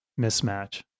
mismatch